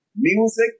music